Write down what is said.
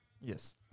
Yes